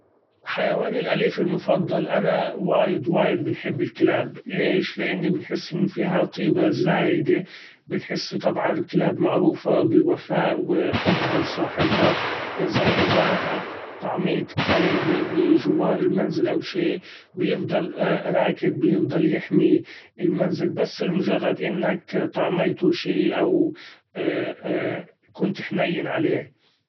حيواني الأليف المفضل أنا وايد وايد بنحب الكلاب ليش ؟ إنه بنحس إن فيها طيبة زايدة بنحس طبعا الكلاب معروفه بالوفاء وحبها لصاحبها ، إذا-إذا طعميت كلب بچوار المنزل أو شي هيفضل راقد بيفضل يحمي المنزل بس لمجرد إنك طعميته شي أو ‹ hesitate › كنت حنين عليه.